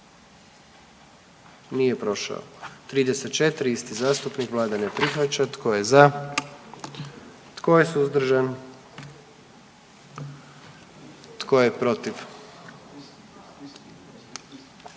dio zakona. 44. Kluba zastupnika SDP-a, vlada ne prihvaća. Tko je za? Tko je suzdržan? Tko je protiv?